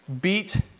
beat